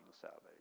salvation